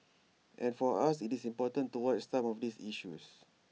and for us IT is important to watch some of these issues